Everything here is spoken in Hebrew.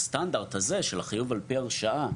הסטנדרט הזה של החיוב על פי הרשאה,